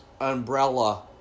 umbrella